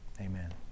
amen